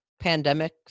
pandemic